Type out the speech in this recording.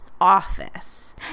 office